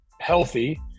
healthy